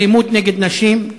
אלימות נגד נשים,